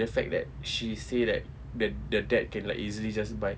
the fact that she say that the the dad can like easily just buy